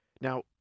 Now